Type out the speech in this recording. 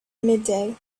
midday